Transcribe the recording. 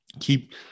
Keep